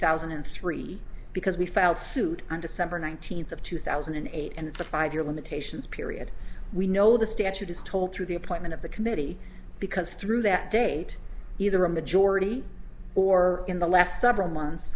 thousand and three because we filed suit on december nineteenth of two thousand and eight and it's a five year limitations period we know the statute is told through the appointment of the committee because through that date either a majority or in the last several months